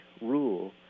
rule